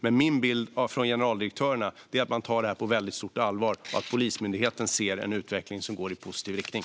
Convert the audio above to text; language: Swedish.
Men min bild, som jag fått från generaldirektörerna, är att man tar det här på väldigt stort allvar och att Polismyndigheten ser en utveckling som går i positiv riktning.